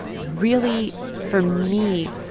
really, for me,